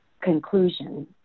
conclusion